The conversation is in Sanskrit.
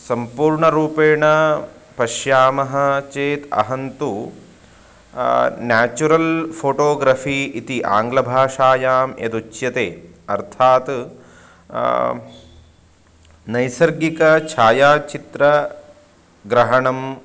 सम्पूर्णरूपेण पश्यामः चेत् अहं तु नेचुरल् फ़ोटोग्रफ़ि इति आङ्ग्लभाषायां यदुच्यते अर्थात् नैसर्गिकछायाचित्रस्य ग्रहणम्